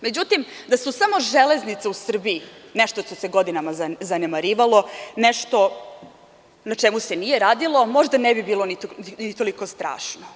Međutim, da su samo železnice u Srbije nešto što se godinama zanemarivalo, nešto na čemu se nije radilo, možda ne bi bilo toliko strašno.